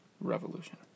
Revolution